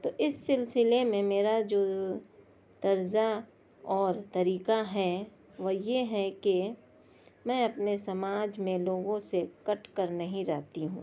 تو اس سلسلے میں میرا جو درجہ اور طریقہ ہے وہ یہ ہے کہ میں اپنے سماج میں لوگوں سے کٹ کر نہیں رہتی ہوں